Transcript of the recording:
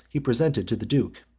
he presented to the duke.